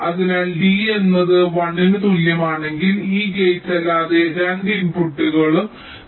അതിനാൽ d എന്നത് 1 ന് തുല്യമാണെങ്കിൽ ഈ ഗേറ്റ്ല്ലാത്ത രണ്ട് ഇൻപുട്ടുകളും 0